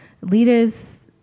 leaders